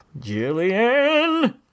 Jillian